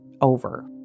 over